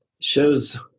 Shows